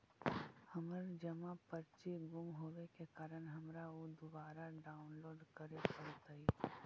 हमर जमा पर्ची गुम होवे के कारण हमारा ऊ दुबारा डाउनलोड करे पड़तई